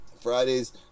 Fridays